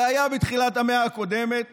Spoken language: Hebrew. זה היה בתחילת המאה הקודמת